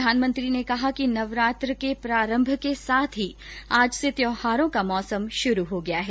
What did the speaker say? प्रधानमंत्री ने कहा कि नवरात्र के प्रारंभ के साथ ही आज से त्यौहारों का मौसम शुरू हो गया है